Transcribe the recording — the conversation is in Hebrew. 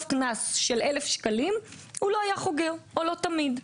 קנס של אלף שקלים הוא לא היה חוגר או לא תמיד.